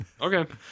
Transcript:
Okay